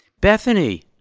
bethany